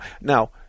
Now